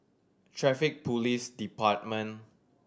Traffic Police Department